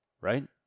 Right